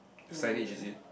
signage is it